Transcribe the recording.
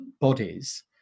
bodies